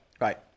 right